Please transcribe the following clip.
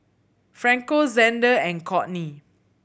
Franco Zander and Courtney